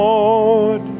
Lord